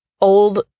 old